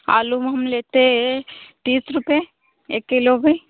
आलू हम लेते तीस रुपए एक किलो भी